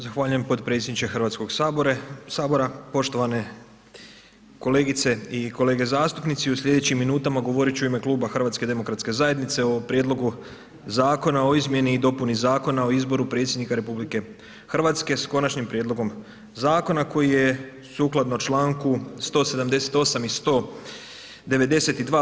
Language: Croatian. Zahvaljujem potpredsjedniče HS, poštovane kolegice i kolege zastupnici u slijedećim minutama govorit ću u ime Kluba HDZ-a o prijedlogu zakona o izmjeni i dopuni Zakona o izboru predsjednika RH s konačnim prijedlogom zakona koji je sukladno čl. 178. i 192.